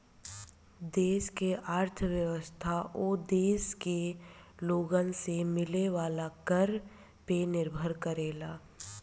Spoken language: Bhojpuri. देश के अर्थव्यवस्था ओ देश के लोगन से मिले वाला कर पे निर्भर करेला